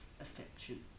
affection